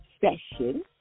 session